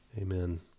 Amen